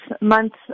months